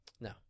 No